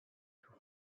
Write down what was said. who